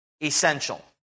essential